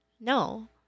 no